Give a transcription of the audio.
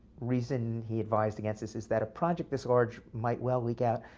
reason he advised against this is that a project this large might well leak out,